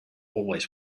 always